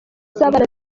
z’abana